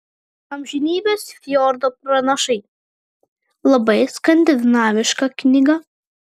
amžinybės fjordo pranašai labai skandinaviška knyga